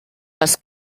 les